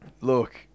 look